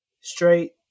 straight